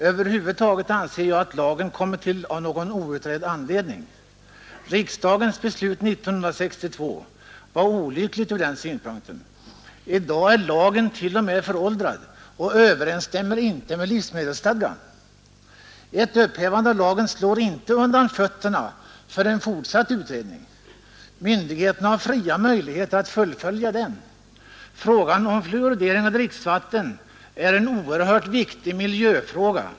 Över huvud taget anser jag att lagen kommit till av någon outredd anledning. Riksdagens beslut år 1962 var olyckligt från den synpunkten. I dag är lagen t.o.m. föråldrad och överensstämmer inte med livsmedelsstadgan. Ett upphävande av lagen slår inte undan fötterna för en fortsatt utredning. Myndigheterna har fria möjligheter att fullfölja den. Frågan om fluoridering av dricksvattnet är en oerhört viktig miljöfråga.